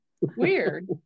Weird